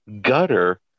gutter